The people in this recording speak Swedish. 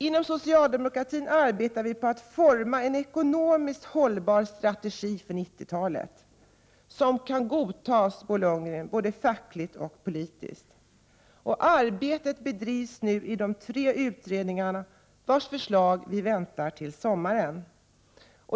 Inom socialdemokratin arbetar vi på att forma en ekonomiskt hållbal strategi för 90-talet, som kan godtas, Bo Lundgren, både fackligt oc politiskt. Arbetet bedrivs nu intensivt i de tre utredningar vilkas försla, väntas till sommaren.